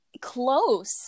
close